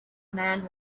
man